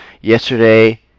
yesterday